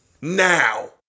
now